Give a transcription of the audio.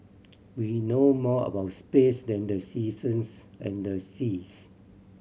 we know more about space than the seasons and the seas